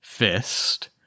Fist